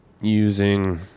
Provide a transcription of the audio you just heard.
using